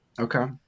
Okay